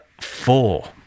four